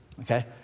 Okay